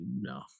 no